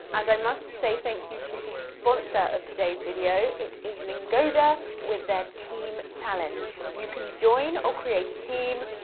and i must say thank you to the sponsor of today's video, it is lingoda, with their team challenge. you can join or create a team,